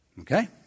okay